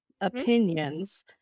Opinions